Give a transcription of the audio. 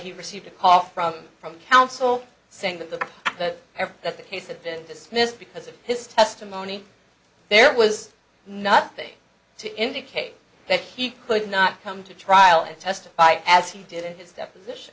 he received a call from from counsel saying that the ever that the case had been dismissed because of his testimony there was nothing to indicate that he could not come to trial and testify as he did in his deposition